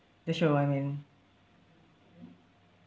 the show I mean